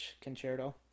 concerto